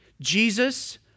Jesus